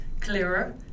clearer